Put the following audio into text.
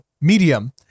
Medium